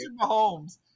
Mahomes